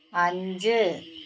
അഞ്ച്